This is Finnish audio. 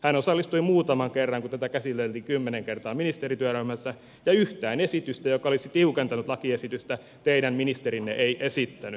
hän osallistui muutaman kerran kun tätä käsiteltiin kymmenen kertaa ministerityöryhmässä ja yhtään esitystä joka olisi tiukentanut lakiesitystä teidän ministerinne ei esittänyt